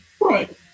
Right